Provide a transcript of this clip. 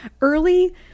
early